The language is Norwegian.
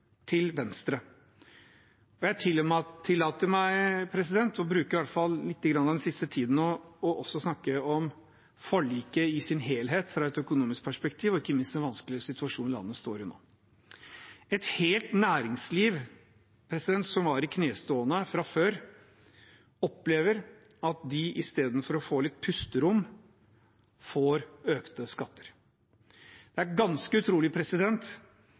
til venstre. Jeg tillater meg å bruke i hvert fall lite grann av den siste tiden på å snakke om forliket i sin helhet fra et økonomisk perspektiv, og ikke minst med tanke på den vanskelige situasjonen landet står i nå. Et helt næringsliv, som var i knestående fra før, opplever at de istedenfor å få litt pusterom får økte skatter. Det er ganske utrolig